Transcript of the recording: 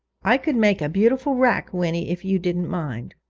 i could make a beautiful rack, winnie, if you didn't mind